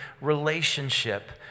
relationship